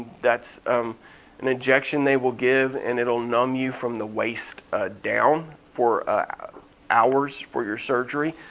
that's an injection they will give and it'll numb you from the waist down for hours for your surgery.